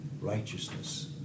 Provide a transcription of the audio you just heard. righteousness